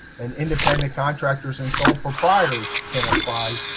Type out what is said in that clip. and independent contractors and sole proprietors can apply.